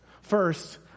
First